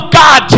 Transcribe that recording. god